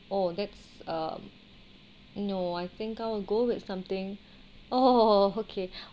oh that's um no I think I will go with something oh okay